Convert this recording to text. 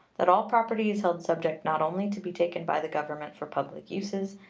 that all property is held subject not only to be taken by the government for public uses,